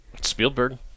spielberg